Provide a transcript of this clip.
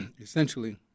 essentially